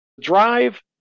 drive